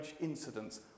incidents